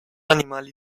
animali